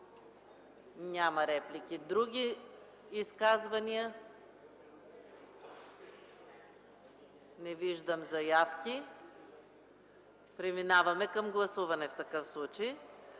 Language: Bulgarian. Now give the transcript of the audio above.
Няма реплики. Други изказвания? Не виждам заявки. Преминаваме към гласуване. Първо